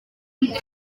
amb